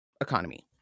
economy